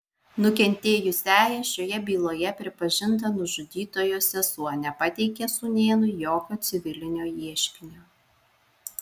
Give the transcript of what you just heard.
nukentėjusiąja šioje byloje pripažinta nužudytojo sesuo nepateikė sūnėnui jokio civilinio ieškinio